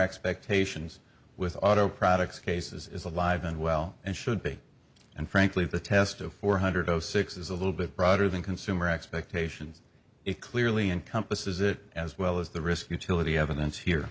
expectations with auto products cases is alive and well and should be and frankly the test of four hundred zero six is a little bit broader than consumer expectations it clearly encompasses it as well as the risk utility evidence here